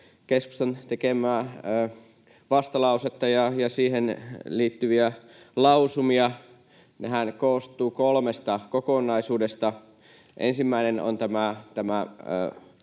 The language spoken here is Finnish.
keskustan tekemää vastalausetta ja siihen liittyviä lausumia. Nehän koostuvat kolmesta kokonaisuudesta. Ensimmäinen on